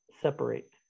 separate